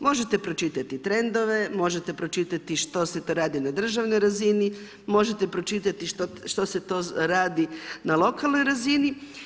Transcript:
Možete pročitati trendove, možete pročitati što se to radi na državnoj razini, možete pročitati što se to radi na lokalnoj razini.